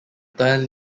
turn